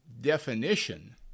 definition